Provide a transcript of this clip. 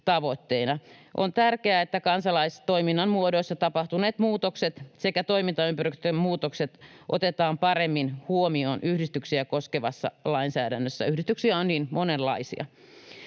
On tärkeää, että kansalaistoiminnan muodoissa tapahtuneet muutokset sekä toimintaympäristön muutokset otetaan paremmin huomioon yhdistyksiä koskevassa lainsäädännössä — yhdistyksiä on niin monenlaisia.